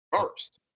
first